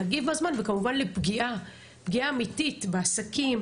להגיב בזמן וכמובן לפגיעה אמיתית בעסקים,